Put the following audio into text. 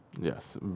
Yes